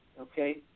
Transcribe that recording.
Okay